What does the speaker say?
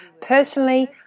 Personally